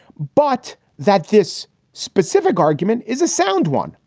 but that this specific argument is a sound one.